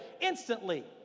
instantly